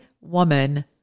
woman